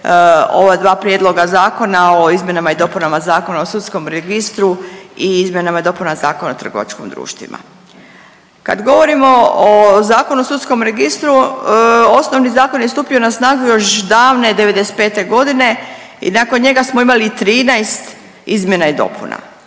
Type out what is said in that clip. ova dva prijedloga zakona o izmjenama i dopunama Zakona o sudskom registru i izmjenama i dopunama Zakona o trgovačkim društvima. Kad govorima o Zakonu o sudskom registru osnovni zakon je stupio na snagu još davne '95. godine i nakon njega smo imali 13 izmjena i dopuna.